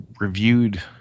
reviewed